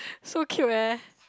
so cute eh